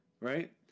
right